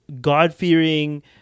God-fearing